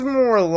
more